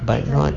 but not